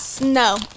no